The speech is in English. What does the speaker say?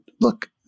look